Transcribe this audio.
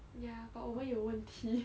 ya but 我们有问题